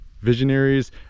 visionaries